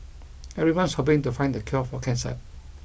everyone's hoping to find the cure for cancer